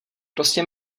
prostě